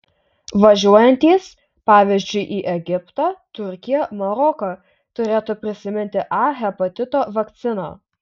važiuojantys pavyzdžiui į egiptą turkiją maroką turėtų prisiminti a hepatito vakciną